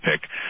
pick